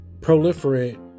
proliferate